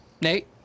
Nate